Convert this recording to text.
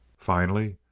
finally,